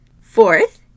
Fourth